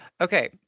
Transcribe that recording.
Okay